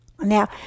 Now